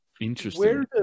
Interesting